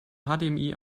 hdmi